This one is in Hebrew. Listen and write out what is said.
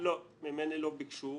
ממני לא ביקשו